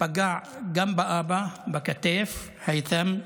פגעה גם באבא, היית'ם,